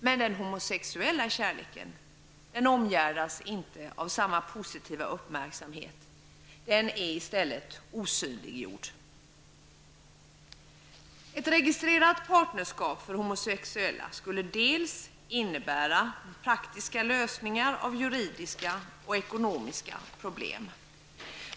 Men den homosexuella kärleken omgärdas inte av samma positiva uppmärksamhet. Den är i stället osynliggjord. Ett registrerat partnerskap för homosexuella skulle innebära praktiska lösningar av juridiska och ekonomiska problem.